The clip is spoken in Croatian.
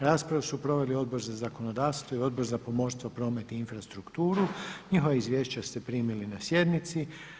Raspravu su proveli Odbor za zakonodavstvo i Odbor za pomorstvo, promet i infrastrukturu, njihova izvješća ste primili na sjednici.